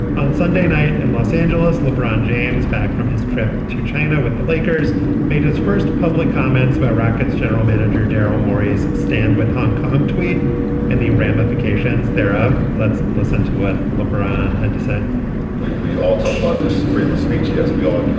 on sunday night in los angeles lebron james back from his trip to china with the lakers made his first public comments about rockets general manager daryl mori's stand with hong kong tweet and the ramifications thereof. let's listen to what lebron had to say we we all talked about this freedom of speech. yes we all